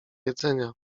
jedzenia